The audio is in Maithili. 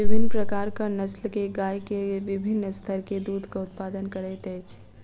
विभिन्न प्रकारक नस्ल के गाय के विभिन्न स्तर के दूधक उत्पादन करैत अछि